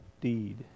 deed